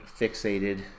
fixated